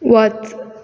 वच